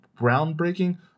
groundbreaking